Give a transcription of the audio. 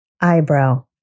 Eyebrow